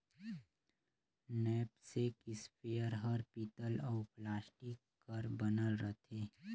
knapsack sprayer हर पीतल अउ प्लास्टिक कर बनल रथे